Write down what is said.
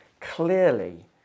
clearly